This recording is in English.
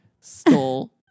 stole